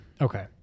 Okay